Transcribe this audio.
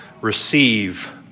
Receive